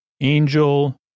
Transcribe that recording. Angel